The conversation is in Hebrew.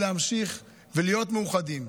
להמשיך ולהיות מאוחדים.